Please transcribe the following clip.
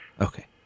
Okay